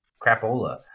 crapola